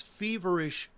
feverish